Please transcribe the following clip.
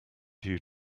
due